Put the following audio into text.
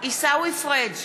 עיסאווי פריג'